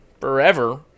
forever